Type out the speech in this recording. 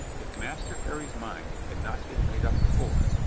if master harry's mind had not been made up before,